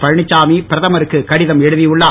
பழனிச்சாமி பிரதமருக்கு கடிதம் எழுதியுள்ளார்